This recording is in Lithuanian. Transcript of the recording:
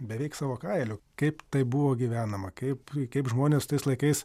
beveik savo kailiu kaip tai buvo gyvenama kaip kaip žmonės tais laikais